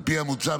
על פי המוצע,